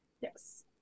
Yes